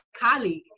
colleague